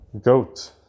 Goat